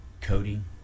coding